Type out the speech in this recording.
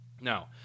Now